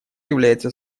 является